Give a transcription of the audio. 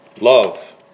Love